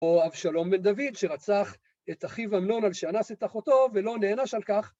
או אבשלום בן דוד שרצח את אחיו עמלון על שאנס את אחותו ולא נענש על כך.